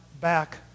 back